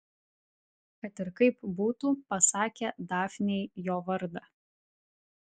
kad ir kaip būtų pasakė dafnei jo vardą